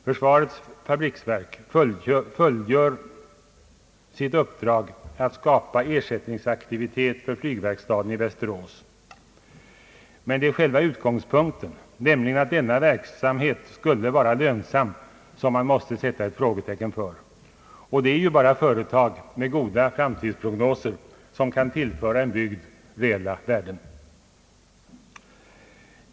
Försvarets fabriksverk fullgör sitt uppdrag att skapa ersättningsaktivitet för flygverkstaden i Västerås. Det är själva utgångspunkten, nämligen att denna verksamhet skulle vara lönsam, som man måste sätta ett frågetecken för. Det är ju bara företag med goda framtidsprognoser som kan tillföra en bygd reella värden.